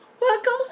Welcome